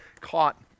caught